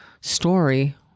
story